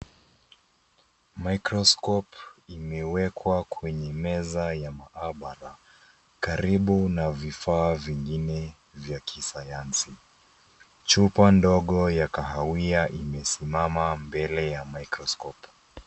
Microscope imewekwa kwenye meza ya maabara karibu na vifaa vingine vya kisayansi. Chupa dogo ya kahawia imesimama mbele ya microscope.